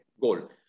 goal